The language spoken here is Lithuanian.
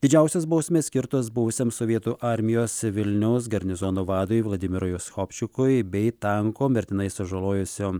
didžiausios bausmės skirtos buvusiam sovietų armijos vilniaus garnizono vadui vladimirui uschopšikui bei tanko mirtinai sužalojusio